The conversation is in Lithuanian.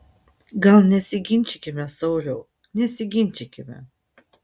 gal nesiginčykime sauliau nesiginčykime